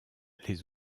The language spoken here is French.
les